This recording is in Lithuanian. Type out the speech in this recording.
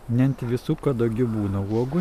ne ant visų kadagių būna uogų